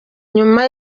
nyuma